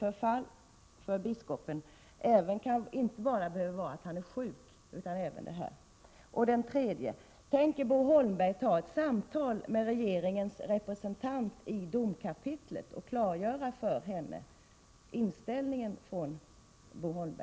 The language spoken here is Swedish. Förfall för biskopen skulle då inte bara gälla vid sjukdom utan även i ett sammanhang som detta. Den tredje frågan lyder: Tänker Bo Holmberg ta ett samtal med regeringens representant i domkapitlet och klargöra sin inställning för henne?